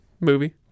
movie